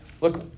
Look